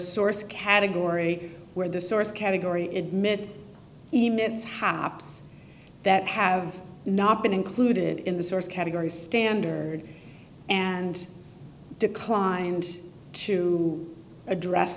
source category where the source category admit it's half that have not been included in the source category standard and declined to address